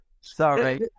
sorry